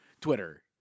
Twitter